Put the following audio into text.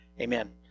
Amen